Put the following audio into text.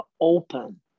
open